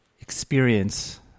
experience